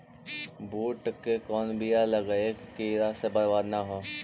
बुंट के कौन बियाह लगइयै कि कीड़ा से बरबाद न हो?